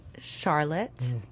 Charlotte